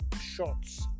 shots